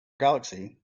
galaxy